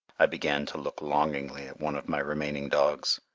i began to look longingly at one of my remaining dogs,